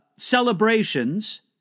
celebrations